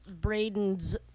Braden's